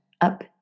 Up